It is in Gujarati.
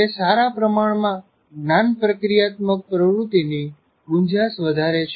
તે સારા પ્રમાણમાં જ્ઞાન પ્રક્રિયાત્મક પ્રવૃતીની ગુંજાશ વધારે છે